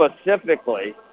specifically